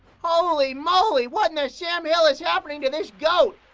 holy moly, what in the sam hill is happening to this goat?